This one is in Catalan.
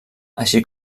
així